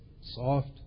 soft